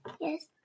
Yes